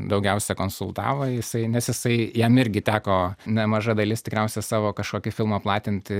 daugiausia konsultavo jisai nes jisai jam irgi teko nemaža dalis tikriausia savo kažkokį filmą platinti